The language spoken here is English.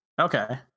Okay